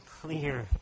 clear